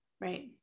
Right